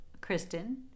Kristen